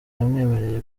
yamwemereye